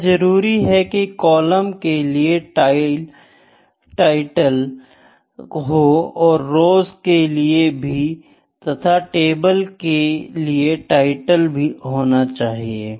यह जरुरी है की कॉलम के लिए टाइटल हो और रौस के लिए भी तथा टेबल के लिए टाइटल होना चाहिए